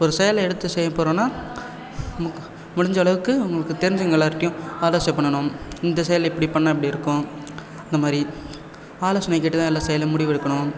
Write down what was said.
ஒரு செயலை எடுத்து செய்யப் போகிறோன்னா மு முடிஞ்சளவுக்கு உங்களுக்கு தெரிஞ்சவங்க எல்லாருகிட்டையும் ஆலோசனை பண்ணனும் இந்த செயல் இப்படி பண்ணால் எப்படி இருக்கும் அந்த மாதிரி ஆலோசனை கேட்டு தான் எல்லா செயலையும் முடிவு எடுக்கணும்